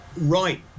right